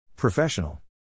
Professional